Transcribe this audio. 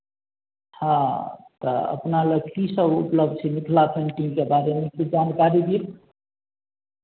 हँ तऽ अपना लग कीसभ उपलब्ध छै मिथिला पेंटिंगके बारेमे किछु जानकारी दिअ